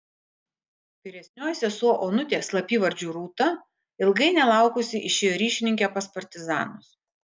vyresnioji sesuo onutė slapyvardžiu rūta ilgai nelaukusi išėjo ryšininke pas partizanus